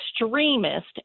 extremist